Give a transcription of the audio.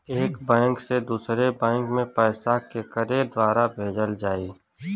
एक बैंक से दूसरे बैंक मे पैसा केकरे द्वारा भेजल जाई?